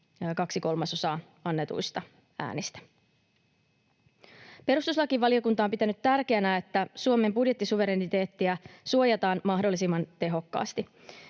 kaksi kolmasosaa annetuista äänistä. Perustuslakivaliokunta on pitänyt tärkeänä, että Suomen budjettisuvereniteettia suojataan mahdollisimman tehokkaasti.